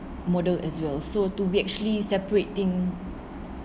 model as well so to be actually separate thing